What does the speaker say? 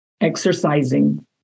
exercising